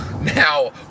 Now